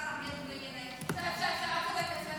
--- אתם בסדר, אתם בסדר.